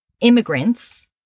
immigrants